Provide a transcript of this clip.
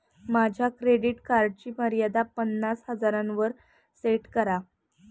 माझ्या क्रेडिट कार्डची मर्यादा पन्नास हजारांवर सेट करा